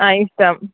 ആ ഇഷ്ടം